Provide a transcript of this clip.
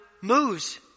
moves